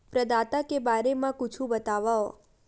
प्रदाता के बारे मा कुछु बतावव?